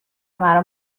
مرا